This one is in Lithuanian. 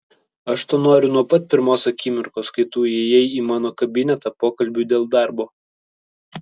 aš to noriu nuo pat pirmos akimirkos kai tu įėjai į mano kabinetą pokalbiui dėl darbo